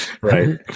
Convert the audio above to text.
Right